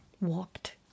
Walked